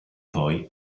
poi